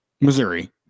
Missouri